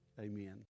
Amen